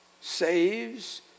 saves